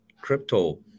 crypto